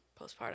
postpartum